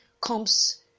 comes